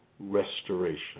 restoration